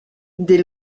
dès